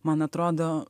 man atrodo